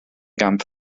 gamp